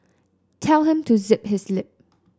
tell him to zip his lip